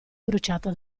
bruciata